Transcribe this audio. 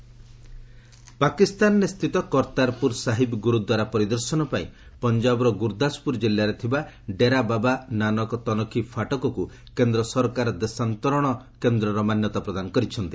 ଡେରା ବାବା ନାନକ ପାକିସ୍ତାନ ସ୍ଥିତ କର୍ତ୍ତାରପୁର ସାହିବ୍ ଗୁରୁଦ୍ୱାରା ପରିଦର୍ଶନପାଇଁ ପଞ୍ଜାବର ଗୁରୁଦାସପୁର କିଲ୍ଲାରେ ଥିବା ଡେରା ବାବା ନାନକ ତନଖବ ଫାଟକକୁ କେନ୍ଦ୍ର ସରକାର ଦେଶାନ୍ତରଣ କେନ୍ଦ୍ରର ମାନ୍ୟତା ପ୍ରଦାନ କରିଛନ୍ତି